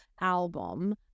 album